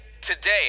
today